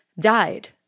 died